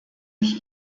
ich